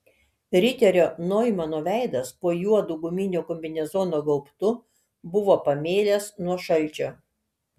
riterio noimano veidas po juodu guminio kombinezono gaubtu buvo pamėlęs nuo šalčio